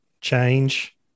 change